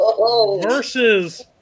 versus